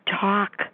talk